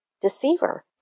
deceiver